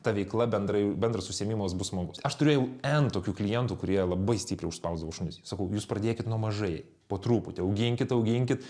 ta veikla bendrai bendras užsiėmimas bus smagus aš turėjau n tokių klientų kurie labai stipriai užspausdavo šunis sakau jūs pradėkit nuo mažai po truputį auginkit auginkit